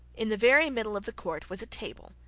in the very middle of the court was a table,